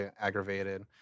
aggravated